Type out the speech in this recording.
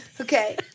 Okay